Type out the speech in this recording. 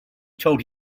told